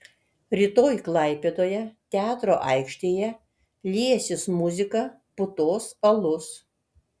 rytoj klaipėdoje teatro aikštėje liesis muzika putos alus